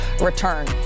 return